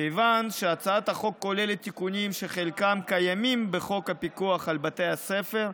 כיוון שהצעת החוק כוללת תיקונים שחלקם קיימים בחוק הפיקוח על בתי הספר,